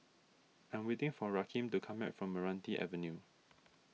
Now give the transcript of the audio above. I am waiting for Rakeem to come back from Meranti Avenue